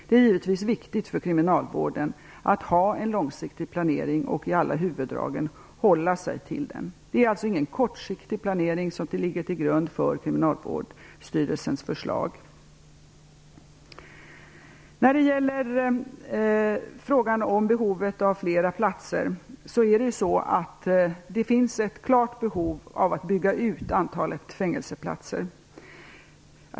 Det är givetvis viktigt för kriminalvården att ha en långsiktig planering och att i alla huvuddrag hålla sig till den. Det är alltså ingen kortsiktig planering som ligger till grund för Kriminalvårdsstyrelsens förslag. Det finns ett klart behov av att bygga ut antalet fängelseplatser.